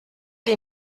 les